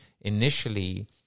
initially